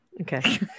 Okay